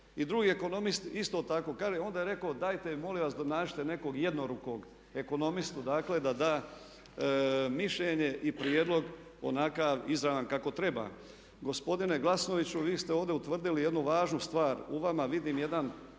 I drugi ekonomist isto tako, kaže onda je rekao dajte mi molim vas nađite nekog jednorukog ekonomistu dakle da da mišljenje i prijedlog onakav izravan kako treba. Gospodine Glasnoviću vi ste ovdje utvrdili jednu važnu stvar, u vama vidim jedan